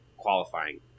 Qualifying